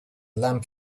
lamp